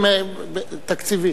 אם יש לו back ,back תקציבי.